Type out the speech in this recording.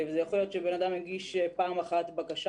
ויכול להיות שאדם הגיש פעם אחת בשנה בקשה